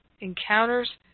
encounters